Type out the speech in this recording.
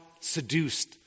seduced